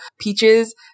peaches